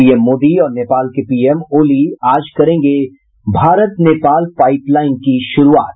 PM Modi और नेपाल के PM Oli आज करेंगे भारत नेपाल पाईपलाईन की शुरूआत